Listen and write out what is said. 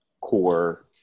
core